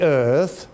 earth